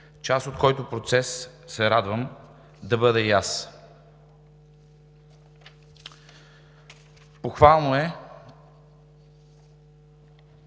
част от който процес се радвам да бъда и аз.